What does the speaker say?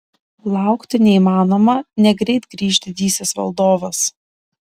laukti neįmanoma negreit grįš didysis valdovas